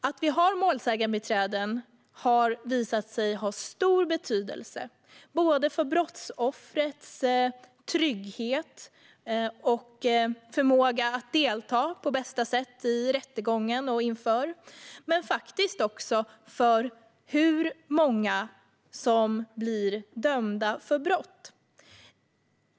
Att vi har målsägandebiträden har visat sig ha stor betydelse för brottsoffrets trygghet och förmåga att delta på bästa sätt i rättegången och inför den. Men det gäller också för hur många som blir dömda för brott.